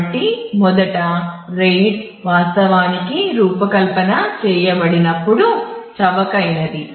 కాబట్టి మొదట RAID వాస్తవానికి రూపకల్పన చేయబడినప్పుడు చవకైనది